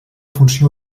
funció